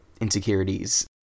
insecurities